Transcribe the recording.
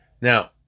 Now